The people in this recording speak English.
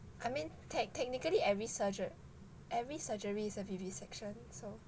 I mean tec~ technically every surg~ every surgery is a vivisection so